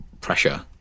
pressure